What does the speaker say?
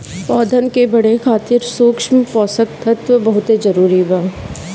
पौधन के बढ़े खातिर सूक्ष्म पोषक तत्व बहुत जरूरी बा